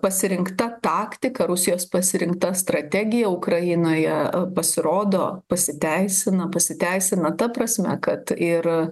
pasirinkta taktika rusijos pasirinkta strategija ukrainoje pasirodo pasiteisina pasiteisina ta prasme kad ir